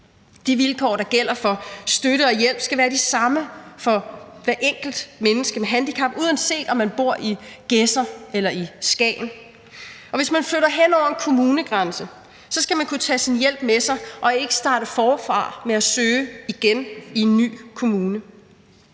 De vilkår, der gælder for støtte og hjælp, skal være de samme for hvert enkelt menneske med handicap, uanset om man bor i Gedser eller i Skagen. Og hvis man flytter hen over en kommunegrænse, skal man kunne tage sin hjælp med sig og ikke starte forfra med at søge igen i en ny kommune.